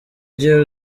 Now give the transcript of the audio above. rye